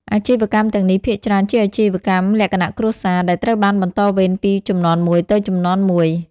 អាជីវកម្មទាំងនេះភាគច្រើនជាអាជីវកម្មលក្ខណៈគ្រួសារ ដែលត្រូវបានបន្តវេនពីជំនាន់មួយទៅជំនាន់មួយ។